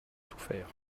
souffert